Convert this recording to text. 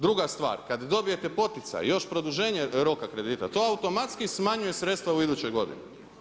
Druga stvar, kada dobijete poticaj, još produženje roka kredita, to automatski smanjuje sredstva u idućoj godini.